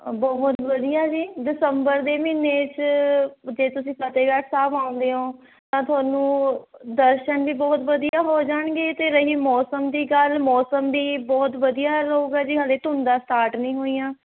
ਬਹੁਤ ਵਧੀਆ ਜੀ ਦਸੰਬਰ ਦੇ ਮਹੀਨੇ 'ਚ ਜੇ ਤੁਸੀਂ ਫਤਿਹਗੜ੍ਹ ਸਾਹਿਬ ਆਉਂਦੇ ਹੋ ਤਾਂ ਤੁਹਾਨੂੰ ਦਰਸ਼ਨ ਵੀ ਬਹੁਤ ਵਧੀਆ ਹੋ ਜਾਣਗੇ 'ਤੇ ਰਹੀ ਮੌਸਮ ਦੀ ਗੱਲ ਮੌਸਮ ਦੀ ਬਹੁਤ ਵਧੀਆ ਰਹੂਗਾ ਜੀ ਹਾਲੇ ਧੁੰਦਾ ਸਟਾਰਟ ਨਹੀਂ ਹੋਈਆਂ